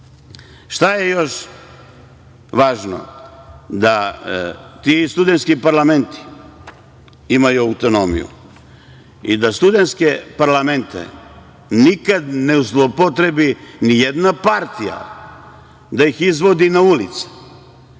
itd. Šta je još važno? Da ti studentski parlamenti imaju autonomiju i da studentske parlamente nikada ne zloupotrebi nijedna partija, da ih izvodi na ulice,